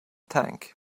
tank